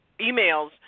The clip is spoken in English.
emails